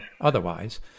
otherwise